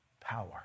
power